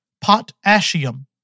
potassium